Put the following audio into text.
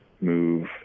move